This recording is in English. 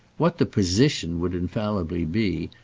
what the position would infallibly be,